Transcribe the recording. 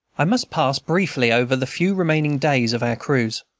i must pass briefly over the few remaining days of our cruise.